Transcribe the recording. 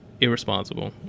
irresponsible